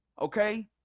okay